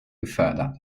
gefördert